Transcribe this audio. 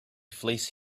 fleece